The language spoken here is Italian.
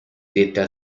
dette